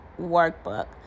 workbook